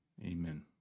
Amen